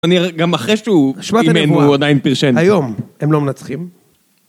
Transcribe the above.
גם אחרי שהוא אימן, הוא עדיין פרשן את זה. היום הם לא מנצחים.